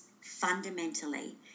fundamentally